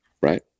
Right